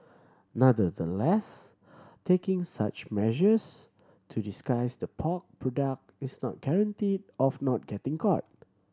nonetheless taking such measures to disguise the pork product is no guarantee of not getting caught